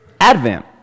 Advent